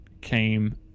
came